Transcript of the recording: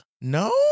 no